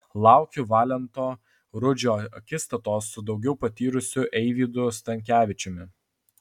laukiu valento rudžio akistatos su daugiau patyrusiu eivydu stankevičiumi